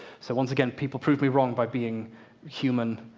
so once again, people proved me wrong by being human.